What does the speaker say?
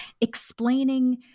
explaining